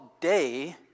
day